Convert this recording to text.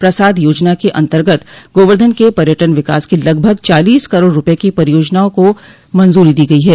प्रासाद योजना के अन्तर्गत गोवर्धन के पर्यटन विकास की लगभग चालीस करोड़ रूपये की परियोजना को मंजूरी दी गई है